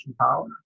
Power